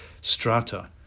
strata